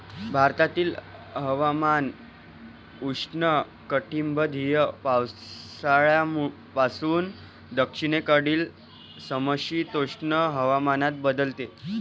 भारतातील हवामान उष्णकटिबंधीय पावसाळ्यापासून दक्षिणेकडील समशीतोष्ण हवामानात बदलते